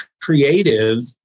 creative